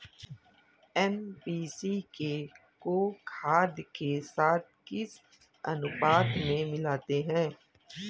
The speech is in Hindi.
एन.पी.के को खाद के साथ किस अनुपात में मिलाते हैं?